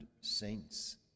saints